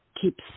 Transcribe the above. keeps